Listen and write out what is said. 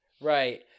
right